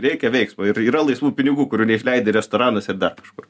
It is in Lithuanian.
reikia veiksmo ir yra laisvų pinigų kurių neišleidi restoranuose ir dar kažkur